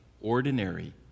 ordinary